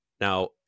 Now